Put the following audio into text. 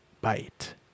bite